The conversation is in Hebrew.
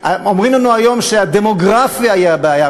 אומרים לנו היום שהדמוגרפיה היא הבעיה,